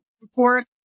report